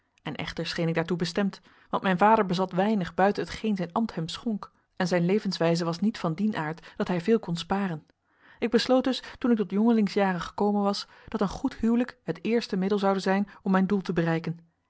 en echter scheen ik daartoe bestemd want mijn vader bezat weinig buiten hetgeen zijn ambt hem schonk en zijn levenswijze was niet van dien aard dat hij veel kon sparen ik besloot dus toen ik tot jongelingsjaren gekomen was dat een goed huwelijk het eerste middel zoude zijn om mijn doel te bereiken